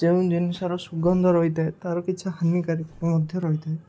ଯେଉଁ ଜିନିଷର ସୁଗନ୍ଧ ରହିଥାଏ ତା'ର କିଛି ହାନିକାରିକ ମଧ୍ୟ ରହିଥାଏ